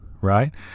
right